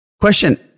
Question